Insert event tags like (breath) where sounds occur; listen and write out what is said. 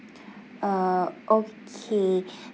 uh okay (breath)